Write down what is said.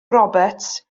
roberts